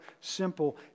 simple